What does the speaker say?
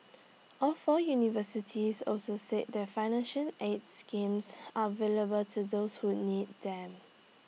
all four universities also said that financial aid schemes available to those who need them